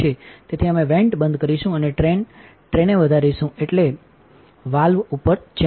તેથી અમે વેન્ટ બંધ કરીશું અને ટ્રેને વધારીશું એટલે ટ meansગલ વાલ્વ ઉપર ચેમ્બર